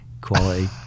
quality